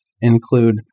include